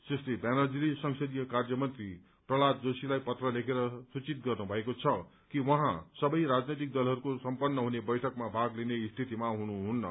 सुश्री ब्यानर्जीले संसदीय कार्यमन्त्री प्रहताद जोशीलाई पत्र लेखेर सूचित गर्नु भएको छ कि उहाँ सबै राजनैतिक दलहरूको सम्पन्न हुने बैठकमा भाग लिने स्थितिमा हुनुहुन्न